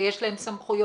ויש להם סמכויות,